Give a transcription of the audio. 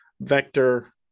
vector